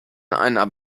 einer